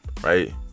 right